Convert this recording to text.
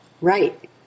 Right